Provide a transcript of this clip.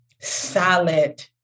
Solid